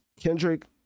Kendrick